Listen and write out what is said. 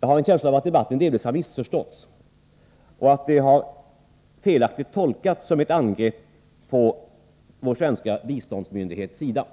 Jag har en känsla av att debatten delvis har missförståtts och att den felaktigt har tolkats som ett angrepp på vår svenska biståndsmyndighet, SIDA.